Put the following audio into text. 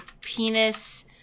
penis